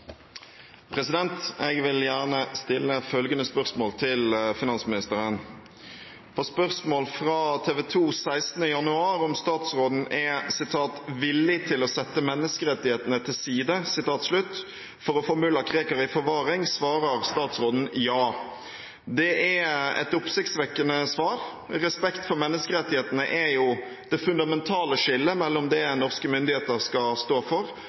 januar om statsråden «er villig til å sette menneskerettighetene til side» for å få mulla Krekar i forvaring, svarer statsråden «ja». Det er et oppsiktsvekkende svar. Respekt for menneskerettighetene er jo det fundamentale skillet mellom det norske myndigheter skal stå for,